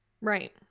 Right